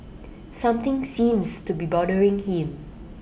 something seems to be bothering him